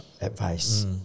advice